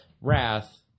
Wrath